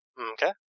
Okay